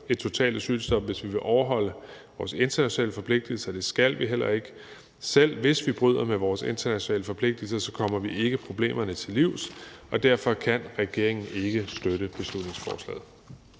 et totalt asylstop, hvis vi vil overholde vores internationale forpligtelser, og det skal vi heller ikke. Selv hvis vi bryder med vores internationale forpligtelser, kommer vi ikke problemerne til livs, og derfor kan regeringen ikke støtte beslutningsforslaget.